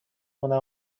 مونم